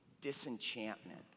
disenchantment